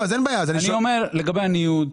לגבי הניוד,